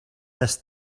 this